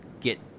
get